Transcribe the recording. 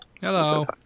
Hello